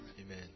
Amen